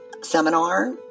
seminar